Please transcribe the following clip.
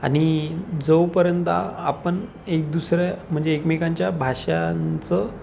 आणि जोपर्यंत आपण एक दुसऱ्या म्हणजे एकमेकांच्या भाषांचं